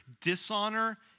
dishonor